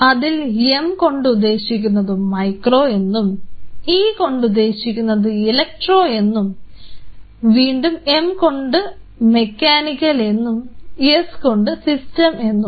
അതിൽ M കൊണ്ട് ഉദ്ദേശിക്കുന്നത് മൈക്രോ എന്നും E കൊണ്ട് ഉദ്ദേശിക്കുന്നത് ഇലക്ട്രോ എന്നും M കൊണ്ട് മെകാനിക്കൽ എന്നും S കൊണ്ട് സിസ്റ്റം എന്നും